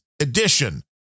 edition